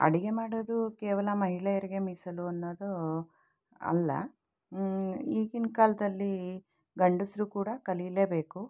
ಅಡಿಗೆ ಮಾಡೋದು ಕೇವಲ ಮಹಿಳೆಯರಿಗೆ ಮೀಸಲು ಅನ್ನೋದು ಅಲ್ಲ ಈಗಿನ ಕಾಲದಲ್ಲಿ ಗಂಡಸರು ಕೂಡ ಕಲಿಯಲೇ ಬೇಕು